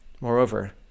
Moreover